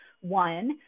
One